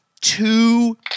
two